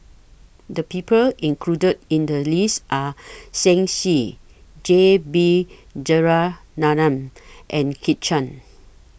The People included in The list Are Shen Xi J B Jeyaretnam and Kit Chan